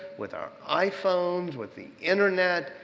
with our iphones, with the internet,